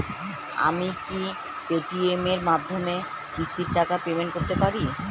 আমি কি Paytm এর মাধ্যমে কিস্তির টাকা পেমেন্ট করতে পারব?